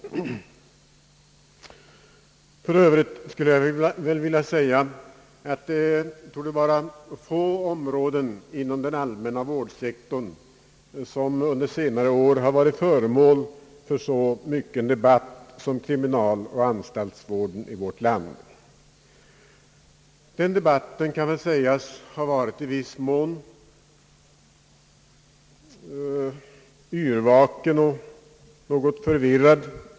För övrigt skulle jag vilja säga att det torde vara få områden inom den allmänna vårdsektorn som under senare år varit föremål för så mycken debatt som kriminaloch anstalsvården i vårt land. Den debatten kan väl sägas ha varit i viss mån yrvaken och något förvirrad.